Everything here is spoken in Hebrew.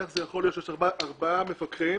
איך ייתכן שיש ארבעה מפקחים.